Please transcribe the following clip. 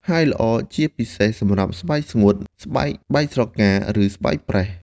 ហើយល្អជាពិសេសសម្រាប់ស្បែកស្ងួត ស្បែកបែកស្រកា ឬស្បែកប្រេះ។